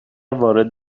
وارد